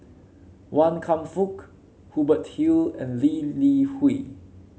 Wan Kam Fook Hubert Hill and Lee Li Hui